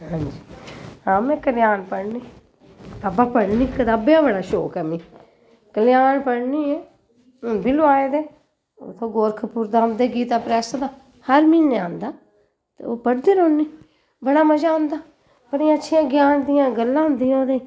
हांजी हां में कलेआन पढ़नी कताबां पढ़नी कताबें दा बड़ा शौंक ऐ मि कलेआन पढ़नी एह् हून बी लोआए दे उत्थां गौरखपुर दा औंदे गीता प्रैस दा हर म्हीने औंदा ते ओह् पढ़दी रैह्नी बड़ा मजा औंदा बड़ियां अच्छियां ज्ञान दियां गल्लां होंदियां ओह्दे च